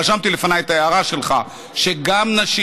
רשמתי לפניי את ההערה שלך שגם נשים